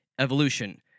evolution